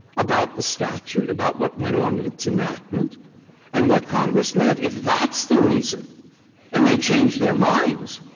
about the statute, about what went on in its enactment and what congress meant. if that's the reason and they change their minds,